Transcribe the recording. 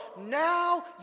now